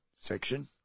section